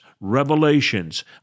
revelations